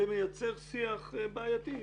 זה מייצר שיח בעייתי.